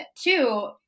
two